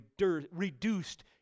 reduced